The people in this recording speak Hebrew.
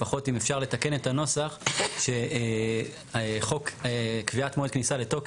לפחות אם אפשר לתקן את הנוסח שחוק קביעת מועד לתוקף,